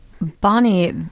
Bonnie